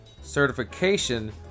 certification